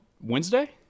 Wednesday